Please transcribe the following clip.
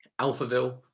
Alphaville